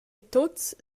tuts